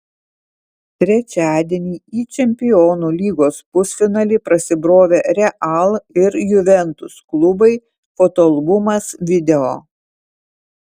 trečiadienį į čempionų lygos pusfinalį prasibrovė real ir juventus klubai fotoalbumas video